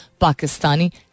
Pakistani